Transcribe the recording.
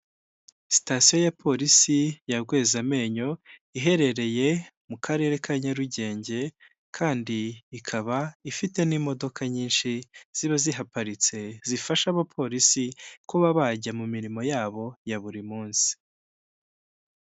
Sitasiyo ya polisi ya Rwezamenyo iherereye mu karere ka Nyarugenge, kandi ikaba ifite n'imodoka nyinshi ziba zihaparitse zifasha abapolisi kuba bajya mu mirimo yabo ya buri munsi.